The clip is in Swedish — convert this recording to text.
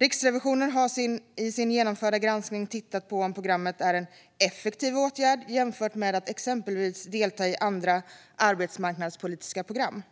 Riksrevisionen har i sin genomförda granskning tittat på om programmet är en effektiv åtgärd jämfört med att exempelvis delta i andra arbetsmarknadspolitiska program.